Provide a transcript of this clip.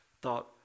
thought